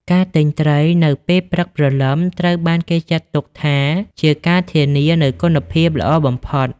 ការទិញត្រី នៅពេលព្រឹកព្រលឹមត្រូវបានគេចាត់ទុកថាជា ការធានា នូវគុណភាពល្អបំផុត។